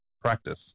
practice